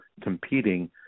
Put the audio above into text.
competing